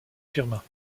firmin